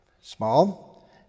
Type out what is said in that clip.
small